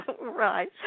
Right